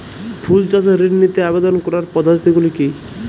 ফুল চাষে ঋণ পেতে আবেদন করার পদ্ধতিগুলি কী?